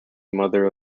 mother